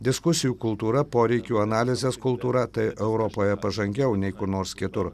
diskusijų kultūra poreikių analizės kultūra tai europoje pažangiau nei kur nors kitur